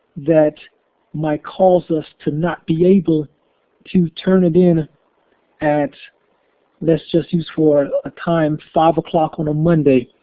that might cause us to not be able to turn it in at let's just use for a time, five o'clock on a monday.